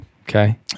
Okay